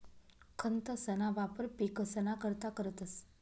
खतंसना वापर पिकसना करता करतंस